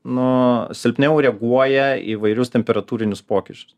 nu silpniau reaguoja į įvairius temperatūrinius pokyčius